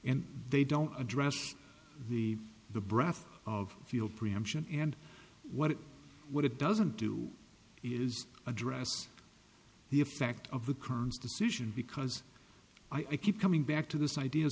and they don't address the the braf of field preemption and what it what it doesn't do is address the effect of the kerns decision because i keep coming back to this idea